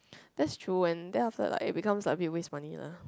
that's true when there after like it comes like a bit waste money lah